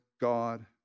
God